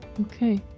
okay